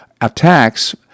attacks